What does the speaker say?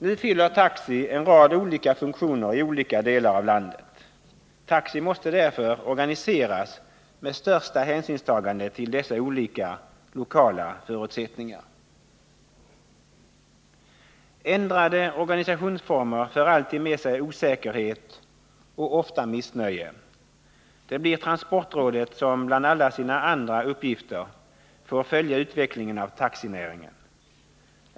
Nu fyller taxi en rad olika funktioner i olika delar av landet. Taxi måste därför organiseras med största hänsynstagande till dessa olika lokala förutsättningar. Ändrade organisationsformer för alltid med sig osäkerhet och ofta missnöje. Det blir transportrådet som bland alla sina andra uppgifter får följa utvecklingen av taxinäringen.